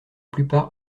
plupart